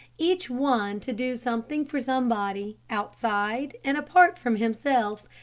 each one to do something for somebody, outside and apart from himself,